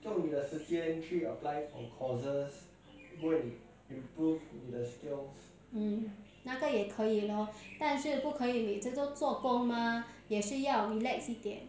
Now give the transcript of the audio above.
mm 那个也可以咯但是不可以你整天都做工啦吗也是要 relax 一点